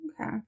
Okay